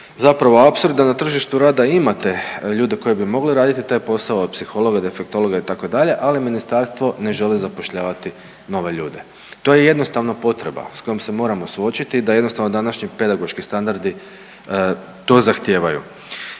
zapravo apsurda na tržištu rada, imate ljude koji bi mogli raditi taj posao, psihologa, defektologa, itd., ali ministarstvo ne želi zapošljavati nove ljude. To je jednostavno potreba s kojom se moramo suočiti da jednostavno današnji pedagoški standardi to zahtijevaju.